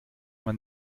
man